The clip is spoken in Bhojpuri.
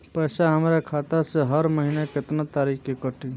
पैसा हमरा खाता से हर महीना केतना तारीक के कटी?